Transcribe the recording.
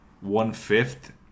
one-fifth